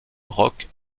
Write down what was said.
rock